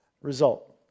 result